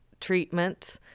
Treatment